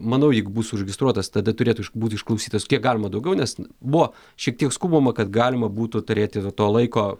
manau jeigu bus užregistruotas tada turėtų iš būti išklausytas kiek galima daugiau nes buvo šiek tiek skubama kad galima būtų turėti to laiko